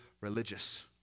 religious